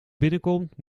binnenkomt